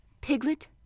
Piglet